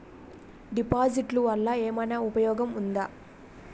డిపాజిట్లు వల్ల ఏమైనా ఉపయోగం ఉందా?